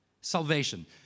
salvation